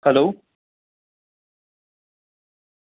hello